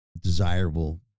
desirable